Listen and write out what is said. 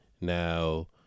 Now